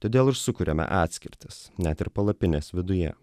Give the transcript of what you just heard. todėl ir sukuriame atskirtis net ir palapinės viduje